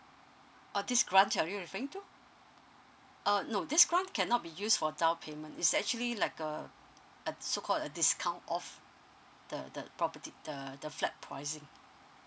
uh this grant are you referring to err no this grant cannot be use for down payment is actually like uh so called a discount off the the property the the flat pricing